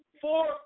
four